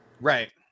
Right